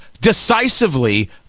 decisively